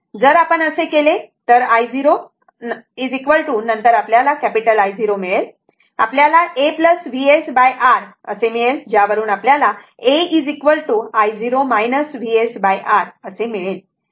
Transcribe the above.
जर आपण असे केले तर i0 नंतर आपल्याला कॅपिटल i0 मिळेल आपल्याला a Vsr मिळेल ज्यावरुन आपल्याला a i0 VsR मिळेल